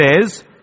says